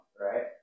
right